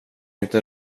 inte